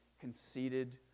conceited